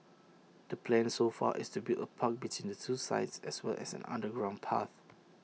the plan so far is to build A park between the two sites as well as an underground path